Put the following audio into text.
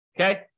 Okay